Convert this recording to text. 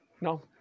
no